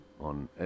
on